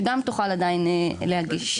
שגם תוכל עדיין להגיש.